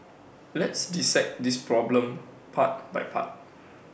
let's dissect this problem part by part